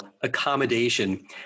accommodation